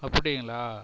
அப்படிங்களா